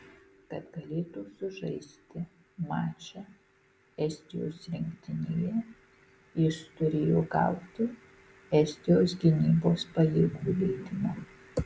kad galėtų sužaisti mačą estijos rinktinėje jis turėjo gauti estijos gynybos pajėgų leidimą